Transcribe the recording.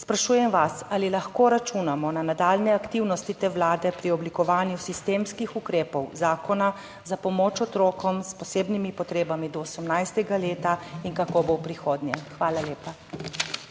Sprašujem vas: Ali lahko računamo na nadaljnje aktivnosti Vlade pri oblikovanju sistemskih ukrepov zakona za pomoč otrokom s posebnimi potrebami do 18. leta in kako bo v prihodnje? Hvala lepa.